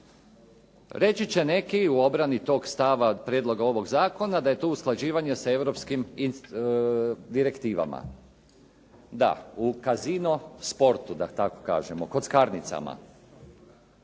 Reći će neki u obrani toga stava prijedloga ovog zakona, da je to usklađivanje sa europskim direktivama, da u cazino sportu da tako kažemo kockarnicama.